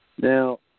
Now